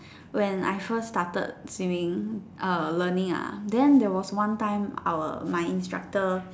when I first started swimming err learning ah then there was one time my instructor